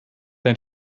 dein